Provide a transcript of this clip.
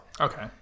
Okay